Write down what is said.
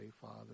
Father